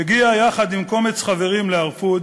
הגיע יחד עם קומץ חברים לארפוד,